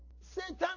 Satan